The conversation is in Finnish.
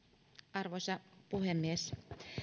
arvoisa puhemies